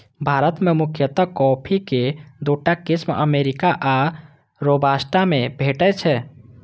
भारत मे मुख्यतः कॉफी के दूटा किस्म अरेबिका आ रोबास्टा भेटै छै